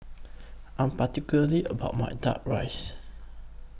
I Am particularly about My Duck Rice